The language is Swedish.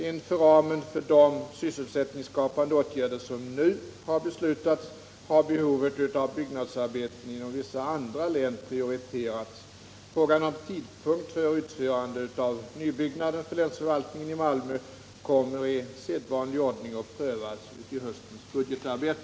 Inom ramen för de sysselsättningsskapande åtgärder som nu har beslutats har behovet av byggnadsarbeten inom vissa andra län prioriterats. Frågan om tidpunkt för utförande av nybyggnaden för länsförvaltningen i Malmö kommer i sedvanlig ordning att prövas i höstens budgetarbete.